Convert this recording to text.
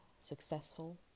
successful